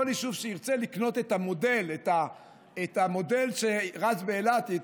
כל יישוב שירצה לקנות את המודל שרץ באילת,